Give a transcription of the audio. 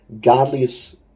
godliest